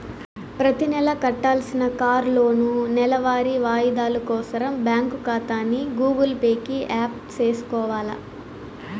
ప్రతినెలా కట్టాల్సిన కార్లోనూ, నెలవారీ వాయిదాలు కోసరం బ్యాంకు కాతాని గూగుల్ పే కి యాప్ సేసుకొవాల